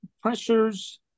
pressures